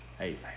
Amen